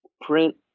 print